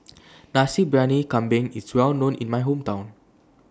Nasi Briyani Kambing IS Well known in My Hometown